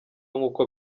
nkuko